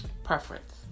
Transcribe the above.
preference